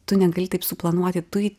tu negali taip suplanuoti tu jį